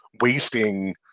wasting